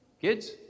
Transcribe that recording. Kids